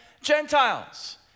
Gentiles